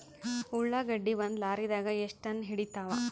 ಉಳ್ಳಾಗಡ್ಡಿ ಒಂದ ಲಾರಿದಾಗ ಎಷ್ಟ ಟನ್ ಹಿಡಿತ್ತಾವ?